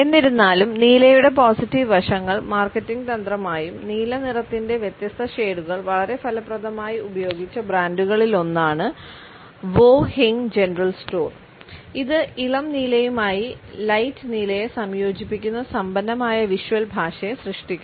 എന്നിരുന്നാലും നീലയുടെ പോസിറ്റീവ് വശങ്ങൾ മാർക്കറ്റിംഗ് തന്ത്രമായും നീല നിറത്തിന്റെ വ്യത്യസ്ത ഷേഡുകൾ വളരെ ഫലപ്രദമായി ഉപയോഗിച്ച ബ്രാൻഡുകളിലൊന്നാണ് വോ ഹിംഗ് ജനറൽ സ്റ്റോർ ഇത് ഇളം നീലയുമായി ലൈറ്റ് നീലയെ സംയോജിപ്പിക്കുന്ന സമ്പന്നമായ വിഷ്വൽ ഭാഷയെ സൃഷ്ടിക്കുന്നു